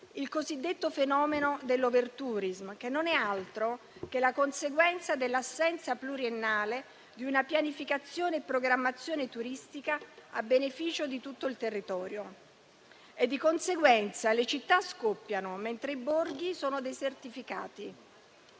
il cosiddetto fenomeno dell'*overtourism*, che non è altro che la conseguenza dell'assenza pluriennale di una pianificazione e programmazione turistica a beneficio di tutto il territorio. Di conseguenza, le città scoppiano, mentre i borghi sono desertificati.